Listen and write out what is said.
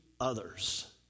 others